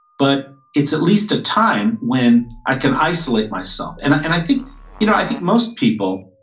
but it's at least a time when i can isolate myself. and i think you know i think most people,